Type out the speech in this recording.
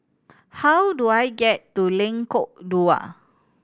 how do I get to Lengkok Dua